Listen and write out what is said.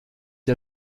der